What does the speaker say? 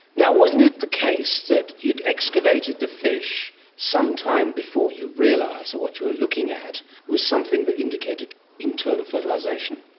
wasn't it the case that you'd excavated the fish some time before you realised that what you are looking at was something that indicated internal fertilisation?